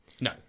No